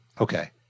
Okay